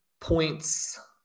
points